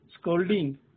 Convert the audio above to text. scolding